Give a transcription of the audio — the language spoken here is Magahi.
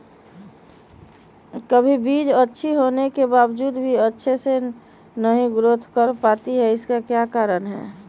कभी बीज अच्छी होने के बावजूद भी अच्छे से नहीं ग्रोथ कर पाती इसका क्या कारण है?